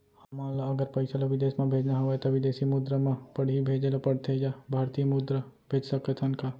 हमन ला अगर पइसा ला विदेश म भेजना हवय त विदेशी मुद्रा म पड़ही भेजे ला पड़थे या भारतीय मुद्रा भेज सकथन का?